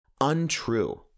untrue